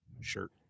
shirt